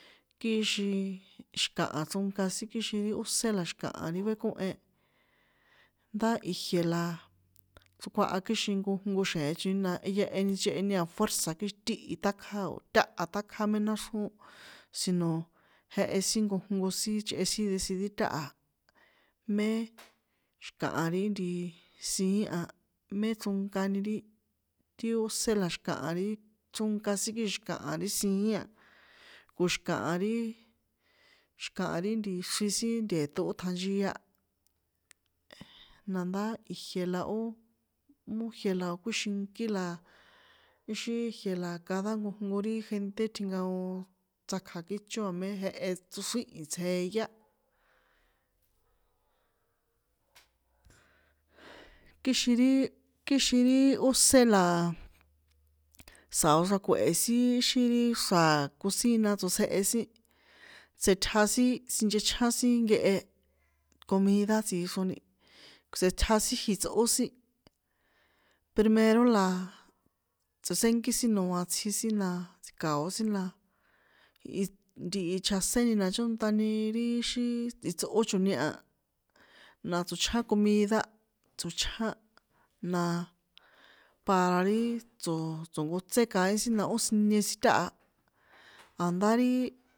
Kixin xi̱kaha chronka sin kixin ri ósé la xi̱kaha ri kuékóhen, ndá ijie laaa, chrokuaha kixin nkojnko xje̱en choni na jehya jeheni cheheni afuerza kixin tíhi ṭákja o̱ táha ṭjakjá mé náxrjón, sino jehe sin nkojnko sin chꞌe desidir táha, mé xi̱kaha ri ntiii, siín a, mé chronkani ri ti ósé la xi̱kaha rí, chrónka sin kixin xi̱akaha ri siín a, ko xi̱kaha ri, xi̱kaha ri ntii xri sin nte̱ṭo ó ṭjanchia, nandá ijie la ó, ó ijie la kꞌuíxinkí la, íxin jie la kada nkojnko ri gente tjinkaon tsakja kícho a mé jehe tso̱xríhi̱n tsjeyá. Kixin ri, kixin ri ósé la, sa̱o xrako̱he̱ sin xí ri xra̱ cosina tsotsjehe sin, tsítja sin sinchechján sin nkehe, comida tsixroni, setji sin jitsꞌó sin, primero la- a. tsotsénkí sin noa tsji sin na tsji̱ka̱o sin na, its ntihi chjaséni na chónṭani ri xí itsꞌó choni a, na tsochján comida, tsochjá, na para ri tso̱ tso̱nkotsé kaín sin na ó sinie sin táha, a̱ndá ri.